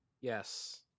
yes